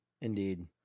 Indeed